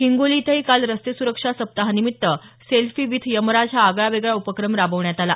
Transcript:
हिंगोली इथंही काल रस्ते सुरक्षा सप्ताहानिमित्त सेल्फी विथ यमराज हा आगळावेगळा उपक्रम राबवण्यात आला